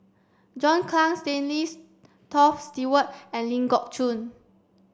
John Clang Stanley Toft Stewart and Ling Geok Choon